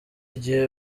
igihe